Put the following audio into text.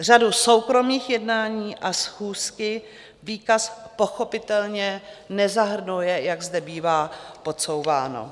Řadu soukromých jednání a schůzky výkaz pochopitelně nezahrnuje, jak zde bývá podsouváno.